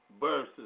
verses